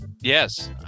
yes